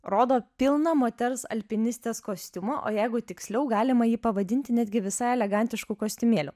rodo pilną moters alpinistės kostiumą o jeigu tiksliau galima jį pavadinti netgi visai elegantišku kostiumėliu